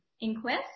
inquest